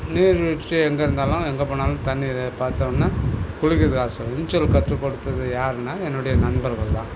நீர் வீழ்ச்சி எங்கே இருந்தாலும் எங்கே போனாலும் தண்ணீரை பார்த்தோன்ன குளிக்கிறதுக்கு ஆசை வந் நீச்சல் கற்று கொடுத்தது யாருன்னால் என்னுடைய நண்பர்கள் தான்